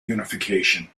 unification